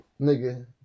Nigga